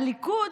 הליכוד,